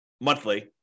monthly